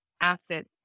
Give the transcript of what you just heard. asset